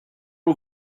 all